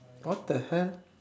what the hell